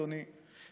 אדוני,